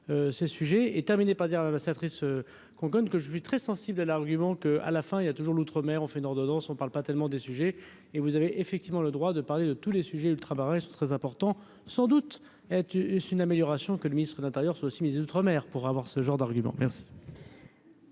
ces sujets et terminaient pas dire la sénatrice con que je suis très sensible à l'argument qu'à la fin il y a toujours l'outre-mer, ont fait une ordonnance, on parle pas tellement des sujets et vous avez effectivement le droit de parler de tous les sujets ultra-barrages sont très important, sans doute, et tu sais une amélioration, que le ministre de l'Intérieur soit aussi outre-mer pour avoir ce genre d'argument merci.